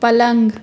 पलंग